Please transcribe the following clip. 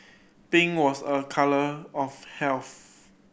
pink was a colour of health